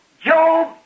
Job